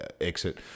exit